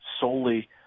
solely